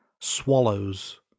swallows